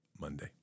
Monday